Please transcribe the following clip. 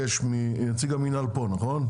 נציג המינהל פה, נכון?